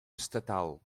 estatal